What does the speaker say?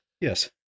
Yes